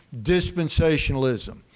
dispensationalism